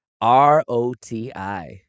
R-O-T-I